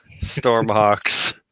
Stormhawks